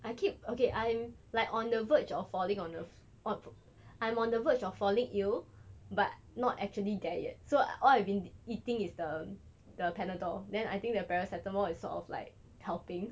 I keep okay I'm like on the verge of falling on earth on I'm on the verge of falling ill but not actually there yet so what I've been eating is the the Panadol then I think thee paracetamol is sort of like helping